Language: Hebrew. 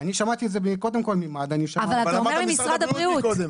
אני שמעתי את זה קודם כל ממד"א -- אבל אמרת משרד הבריאות קודם.